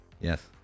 Yes